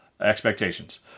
expectations